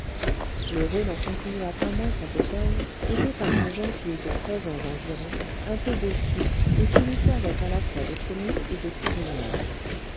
lheureux n'en continua pas moins sa besogne aidé par une jeune fille de treize ans environ un peu bossue et qui lui servait à la fois de commis et de cuisinière